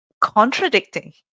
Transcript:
contradicting